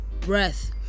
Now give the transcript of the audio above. breath